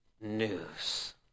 news